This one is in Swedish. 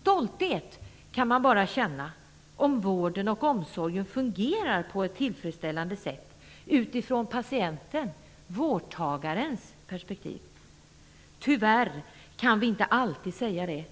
Stolthet kan man bara känna om vården och omsorgen fungerar på ett tillfredsställande sätt utifrån patientens - vårdtagarens - perspektiv. Tyvärr kan vi inte alltid säga det.